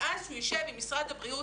ואז הוא יישב עם משרד הבריאות,